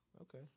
Okay